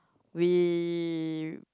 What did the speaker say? we